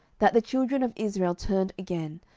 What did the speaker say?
that the children of israel turned again,